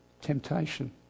temptation